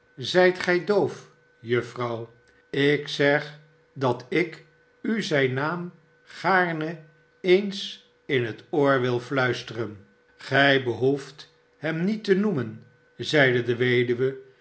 zijt gij doof juffrouw ik zeg dat ik u zijn naam gaarne eens in het oor wilde fluisteren gij behoeft hem niet te noemen zeide de weduwe